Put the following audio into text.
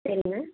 சரிங்க